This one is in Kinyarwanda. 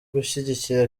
gushyigikira